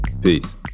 Peace